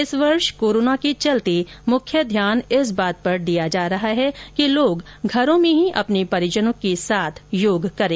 इस वर्ष कोरोना के चलते मुख्य ध्यान इस बात पर दिया जा रहा है कि लोग घरों में ही अपने परिजनों के साथ योग करें